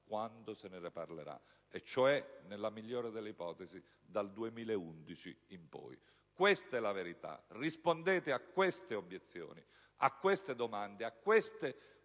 quando se ne parlerà, cioè, nella migliore delle ipotesi, dal 2011 in poi. Questa è la verità. Rispondete a queste obiezioni, a queste domande, a queste